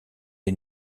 est